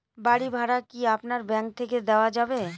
বাড়ী ভাড়া কি আপনার ব্যাঙ্ক থেকে দেওয়া যাবে?